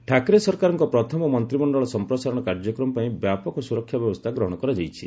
ଠାକରେ ସରକାରଙ୍କ ପ୍ରଥମ ମନ୍ତ୍ରିମଣ୍ଡଳ ସଂପ୍ରସାରଣ କାର୍ଯ୍ୟକ୍ରମ ପାଇଁ ବ୍ୟାପକ ସୁରକ୍ଷା ବ୍ୟବସ୍ଥା ଗ୍ରହଣ କରାଯାଇଛି